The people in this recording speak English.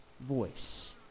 voice